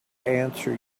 answer